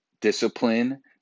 discipline